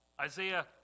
Isaiah